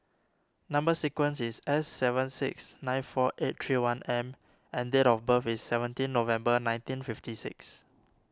Number Sequence is S seven six nine four eight three one M and date of birth is seventeen November nineteen fifty six